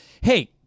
Hey